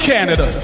Canada